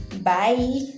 Bye